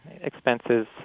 expenses